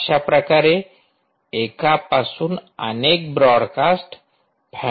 तर अशाप्रकारे एकापासून अनेक ब्रॉडकास्ट फॅन आऊट करते